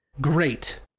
Great